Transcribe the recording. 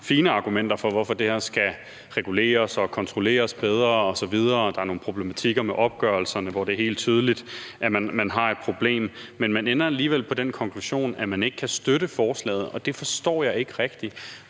fine argumenter for, hvorfor det her skal reguleres og kontrolleres bedre osv. Der er nogle problematikker med opgørelserne, hvor det er helt tydeligt, at man har et problem. Men man ender alligevel med den konklusion, at man ikke kan støtte forslaget, og det forstår jeg ikke rigtigt.